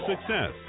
success